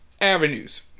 avenues